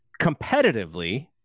competitively